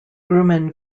grumman